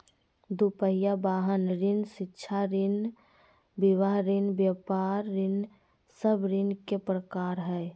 दू पहिया वाहन ऋण, शिक्षा ऋण, विवाह ऋण, व्यापार ऋण सब ऋण के प्रकार हइ